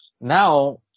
now